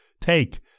Take